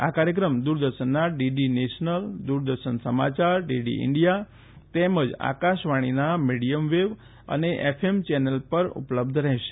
આ કાર્યક્રમ દૂરદર્શનના ડીડી નેશનલ દૂરદર્શન સમાચાર ડીડી ઈન્ડિયા તેમજ આકાશવાણીના મીડિયમ વેવ અને એફએમ ચેનલ પર ઉપલબ્ધ રહેશે